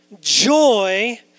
joy